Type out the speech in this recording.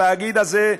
התאגיד הזה,